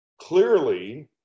clearly